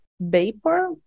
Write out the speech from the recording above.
vapor